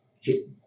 hit